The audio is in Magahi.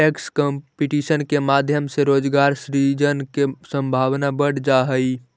टैक्स कंपटीशन के माध्यम से रोजगार सृजन के संभावना बढ़ जा हई